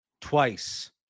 twice